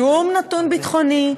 שום נתון ביטחוני,